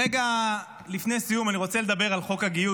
רגע לפני סיום אני רוצה לדבר על חוק הגיוס